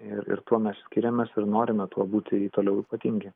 ir ir tuo mes skiriamės ir norime tuo būti toliau ypatingi